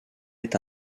est